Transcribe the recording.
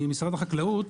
ממשרד החקלאות,